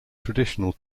traditional